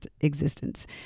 existence